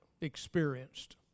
experienced